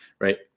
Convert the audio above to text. right